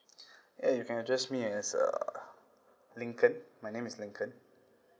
uh you can address me as uh lincoln my name is lincoln